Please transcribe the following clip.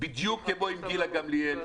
שבדיוק כמו עם גילה גמליאל,